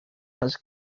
has